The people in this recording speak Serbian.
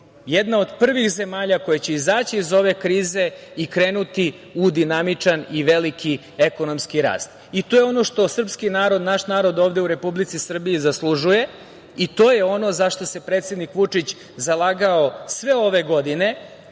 jedna od prvih zemalja koje će izaći iz ove krize i krenuti u dinamičan i veliki ekonomski rast. To je ono što srpski narod, naš narod ovde u Republici Srbiji zaslužuje i to je ono za šta se predsednik Vučić zalagao sve ove godine